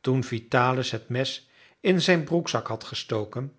toen vitalis het mes in zijn broekzak had gestoken